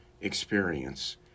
experience